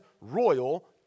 royal